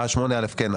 אה, 8א, כן.